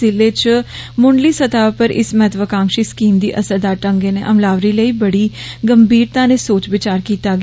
जिले इच मुंडली स्तह र इस महत्वकांक्षी स्कीम दी असरदार ढं ा नै अमलावरी लेई बड़ी भीरता नै सोच विचार कीता आ